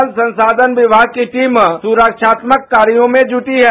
जल संसाधन विमाग की टीम सुरक्षात्मक कार्यो में जुटी है